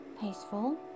peaceful